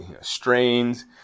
strains